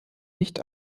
nicht